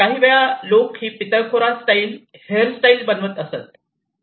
काही वेळा लोक ही पितळखोरा स्टाईल हेअरस्टाईल बनवत असत